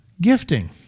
Gifting